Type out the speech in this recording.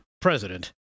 president